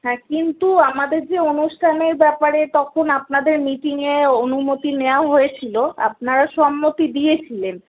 হ্যাঁ কিন্তু আমাদের যে অনুষ্ঠানের ব্যাপারে তখন আপনাদের মিটিঙে অনুমতি নেওয়া হয়েছিল আপনারা সম্মতি দিয়েছিলেন